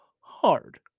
hard